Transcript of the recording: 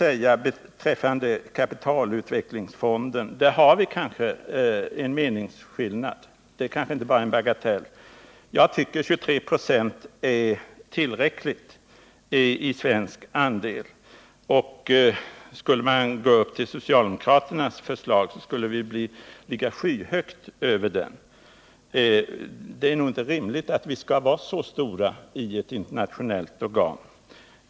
Vad beträffar kapitalinvesteringsfonden vill jag medge att det finns en meningsskiljaktighet i sak. Det kanske inte bara är en bagatell. Jag tycker att en svensk andel på 23 96 är tillräcklig. Skulle vi gå med på socialdemokraternas förslag skulle vi komma att ligga skyhögt över den andelen. Det kan inte vara rimligt att vi skall vara så stora i ett internationellt organ.